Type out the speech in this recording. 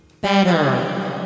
better